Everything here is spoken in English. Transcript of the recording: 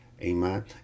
Amen